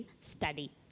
study